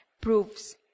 proves